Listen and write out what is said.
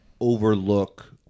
overlook